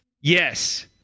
Yes